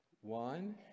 One